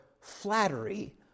flattery